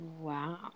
wow